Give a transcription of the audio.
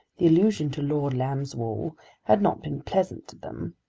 the allusion to lord lambswool had not been pleasant to them,